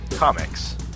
Comics